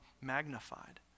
magnified